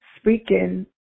speaking